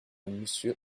monsieur